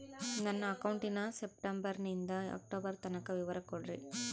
ನನ್ನ ಅಕೌಂಟಿನ ಸೆಪ್ಟೆಂಬರನಿಂದ ಅಕ್ಟೋಬರ್ ತನಕ ವಿವರ ಕೊಡ್ರಿ?